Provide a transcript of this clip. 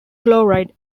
chloride